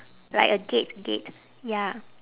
like a gate gate ya